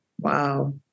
wow